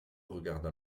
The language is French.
regarda